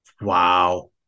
Wow